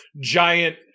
giant